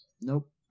nope